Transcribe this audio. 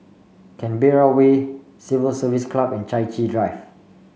Canberra Way Civil Service Club and Chai Chee Drive